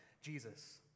Jesus